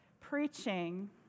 preaching